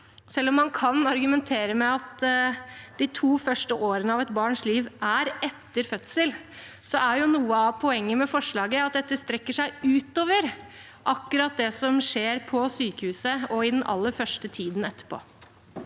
selv om man kan argumentere med at de to første årene av et barns liv er etter fødsel, er jo noe av poenget med forslaget at dette strekker seg utover akkurat det som skjer på sykehuset og i den aller første tiden etterpå.